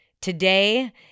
today